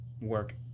work